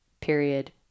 period